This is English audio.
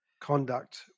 conduct